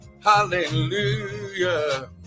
Hallelujah